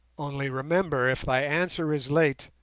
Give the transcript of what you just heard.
only remember if thy answer is late